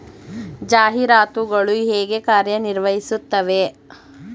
ಜಾಹೀರಾತುಗಳು ಹೇಗೆ ಕಾರ್ಯ ನಿರ್ವಹಿಸುತ್ತವೆ?